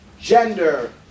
gender